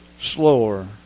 slower